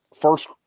first